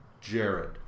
Jared